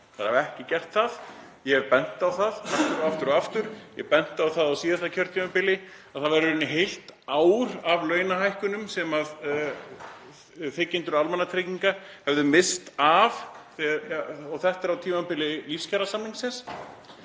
Þær hafa ekki gert það, ég hef bent á það aftur og aftur. Ég benti á það á síðasta kjörtímabili að það væri í raun heilt ár af launahækkunum sem þiggjendur almannatrygginga hefðu misst af, og þetta er á tímabili lífskjarasamningsins.